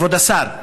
כבוד השר,